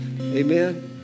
Amen